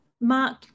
Mark